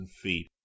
feet